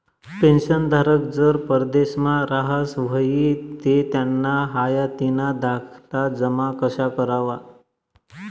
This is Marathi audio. पेंशनधारक जर परदेसमा राहत व्हयी ते त्याना हायातीना दाखला जमा कशा करवा?